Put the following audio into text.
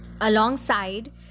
Alongside